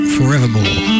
Forevermore